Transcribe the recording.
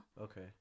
okay